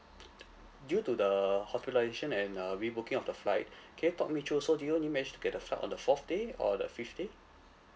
due to the hospitalisation and uh rebooking of the flight can you talk me through so do you only manage to get a flight on the fourth day or the fifth day